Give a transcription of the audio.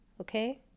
okay